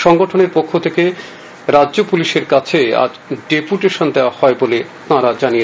সংগঠনের পক্ষ থেকে রাজ্য পুলিশের কাছে আজ ডেপুটেশন দেওয়া হয় বলে তারা জানান